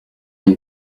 une